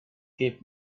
kept